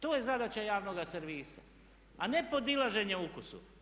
To je zadaća javnoga servisa a ne podilaženje ukusu.